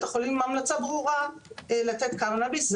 החולים ההמלצה לתת קנביס היא ברורה,